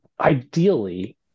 ideally